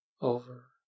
over